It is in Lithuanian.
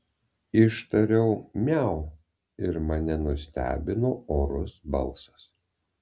ištariau miau ir mane nustebino orus balsas